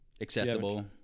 Accessible